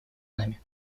нами